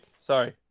Sorry